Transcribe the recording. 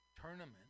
Tournament